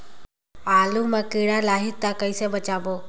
आलू मां कीड़ा लाही ता कइसे बचाबो?